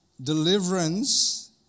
Deliverance